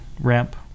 ramp